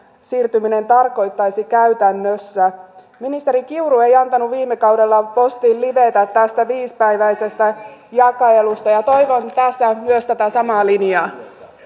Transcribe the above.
siirtyminen tarkoittaisi käytännössä ministeri kiuru ei antanut viime kaudella postin livetä tästä viisipäiväisestä jakelusta ja ja toivon tässä myös tätä samaa linjaa